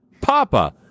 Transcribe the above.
Papa